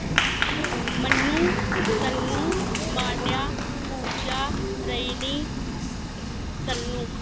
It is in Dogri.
मन्नु तन्नु मान्या ऊषा रजनी तन्नु